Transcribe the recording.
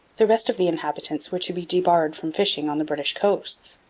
the rest of the inhabitants were to be debarred from fishing on the british coasts.